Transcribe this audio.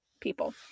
people